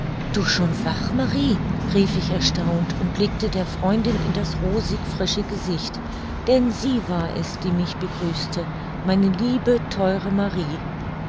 du schon wach marie rief ich erstaunt und blickte der freundin in das rosig frische gesicht denn sie war es die mich begrüßte meine liebe theure marie